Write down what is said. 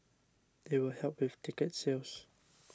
it will help with ticket sales